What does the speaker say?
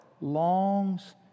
longs